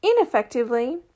ineffectively